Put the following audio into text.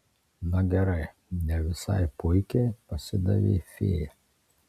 na gerai ne visai puikiai pasidavė fėja